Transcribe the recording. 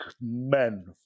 men